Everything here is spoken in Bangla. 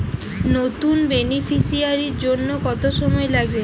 নতুন বেনিফিসিয়ারি জন্য কত সময় লাগবে?